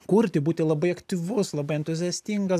kurti būti labai aktyvus labai entuziastingas